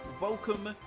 Welcome